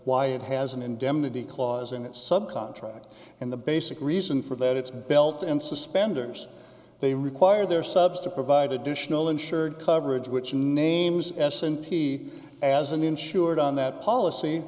why it has an indemnity clause in its sub contract and the basic reason for that it's belt and suspenders they require their subs to provide additional insured coverage which names s and p as an insured on that policy